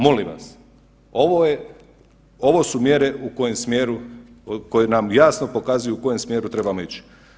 Molim vas, ovo su mjere koje nam jasno pokazuju u kojem smjeru trebamo ići.